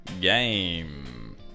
Game